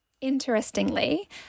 Interestingly